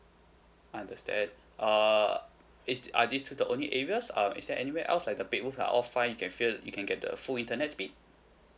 understand uh is are these two the only areas or is there anywhere else like the bedrooms are all fine you can feel you can get the full internet speed